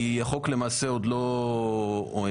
כי החוק למעשה עוד לא עבר,